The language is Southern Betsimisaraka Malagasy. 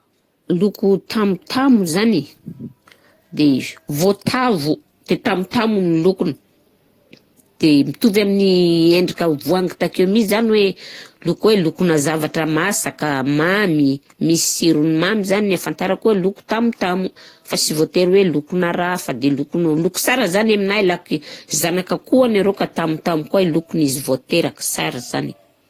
Loko tamotamo zany e, de voatavo de tamotamo ny lokony. De mitovy amin'ny endrika voangy takeo mi zany hoe loko e lokona zavatra masaka, mamy, misy sirony mamy zany le ahafantarako loko tamotamo. Fa sy voatery hoe lokona raha hafa de lokon'ol, loko sara zany aminahy laky zanak'akôho any arô ka tamotamo koà lokon'izy vô teraka, sara izany.